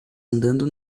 andando